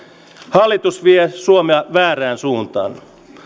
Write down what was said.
hallitus vie suomea väärään suuntaan